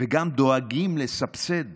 וגם דואגים לסבסד